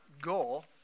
goal